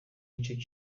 gice